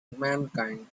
mankind